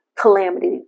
calamity